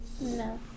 No